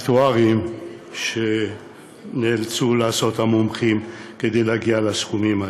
האקטואריים שנאלצו לעשות המומחים כדי להגיע לסכומים האלה.